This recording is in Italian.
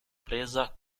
presa